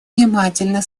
внимательно